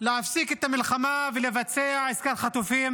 להפסיק את המלחמה ולבצע עסקת חטופים,